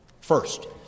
First